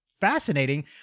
fascinating